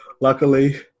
luckily